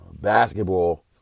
basketball